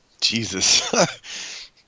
Jesus